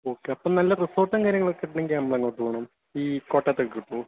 okay അപ്പം നല്ല റിസോർട്ടും കാര്യങ്ങളുമൊക്കെ കിട്ടണമെങ്കിൽ നമ്മളെങ്ങോട്ട് പോകണം ഈ കോട്ടയത്തൊക്കെ കിട്ടുമോ